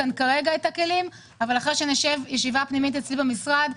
אחרי שנשב ישיבה פנימית אצלי במשרד,